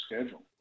schedule